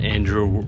Andrew